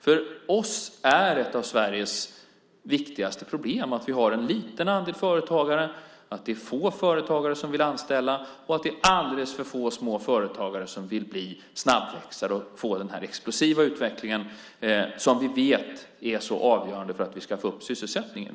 För oss är ett av Sveriges viktigaste problem att vi har en liten andel företagare, att det är få företagare som vill anställa och att det är alldeles för få små företagare som vill bli snabbväxare och få den explosiva utvecklingen som vi vet är så avgörande för att vi ska få upp sysselsättningen.